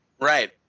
right